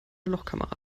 lochkamera